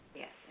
Yes